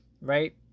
right